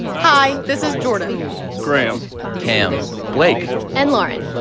hi. this is jordan graham cam blake and lauren.